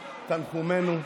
תנחומינו,